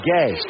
Gay